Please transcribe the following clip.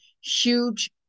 huge